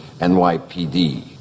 NYPD